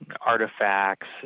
artifacts